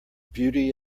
beauty